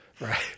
Right